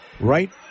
right